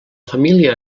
família